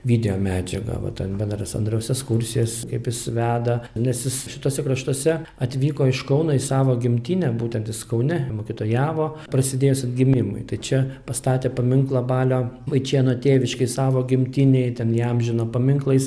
video medžiagą vat an bendras andriaus ekskursijas kaip jis veda nes jis šituose kraštuose atvyko iš kauno į savo gimtinę būtent jis kaune mokytojavo prasidėjus atgimimui tai čia pastatė paminklą balio vaičėno tėviškėj savo gimtinėj ten įamžino paminklais